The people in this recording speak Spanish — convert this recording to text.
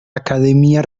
academia